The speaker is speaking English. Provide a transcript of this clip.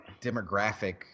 demographic